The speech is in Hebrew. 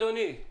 אדוני,